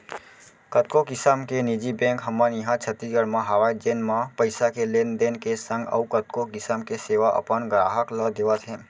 कतको किसम के निजी बेंक हमन इहॉं छत्तीसगढ़ म हवय जेन म पइसा के लेन देन के संग अउ कतको किसम के सेवा अपन गराहक ल देवत हें